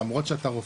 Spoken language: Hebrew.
למרות שאתה רופא,